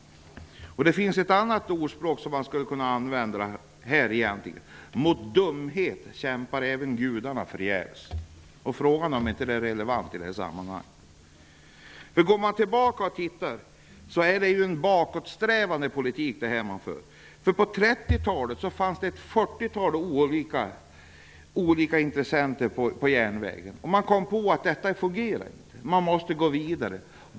Det finns ett annat ordspråk som skulle kunna användas här, nämligen: ''Mot dumheten kämpar gudarna förgäves.'' Frågan är om inte det är relevant i det här sammanhanget. Det är ju en bakåtsträvande politik som förs. På 30 talet fanns det ett fyrtiotal olika intressenter på järnvägen. Då kom man på att det inte fungerade. Man måste gå vidare.